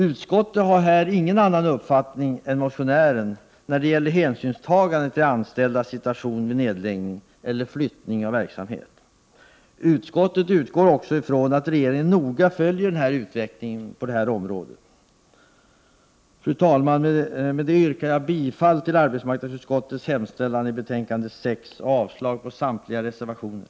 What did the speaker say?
Utskottet har här ingen annan uppfattning än motionären när det gäller hänsynstagande till de anställdas situation vid nedläggning eller flyttning av verksamheter. Utskottet utgår även från att regeringen noga följer utvecklingen på detta område. Fru talman! Med detta yrkar jag bifall till arbetsmarknadsutskottets hemställan i betänkande nr 6 och avslag på samtliga reservationer.